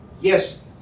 Yes